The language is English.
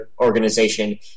organization